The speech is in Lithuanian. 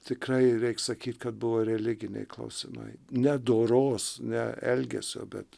tikrai reik sakyt kad buvo religiniai klausimai ne doros ne elgesio bet